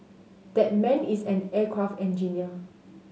that man is an aircraft engineer